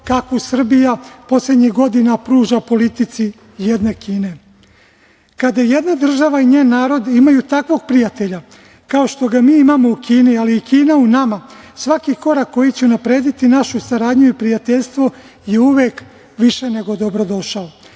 kakvu Srbija poslednjih godina pruža politici jedne Kine. Kada jedna država i njen narod imaju takvog prijatelja, kao što ga mi imamo u Kini, ali i Kina u nama, svaki korak koji će unaprediti našu saradnju i prijateljstvo je uvek više nego dobrodošao. Kada